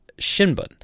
Shinbun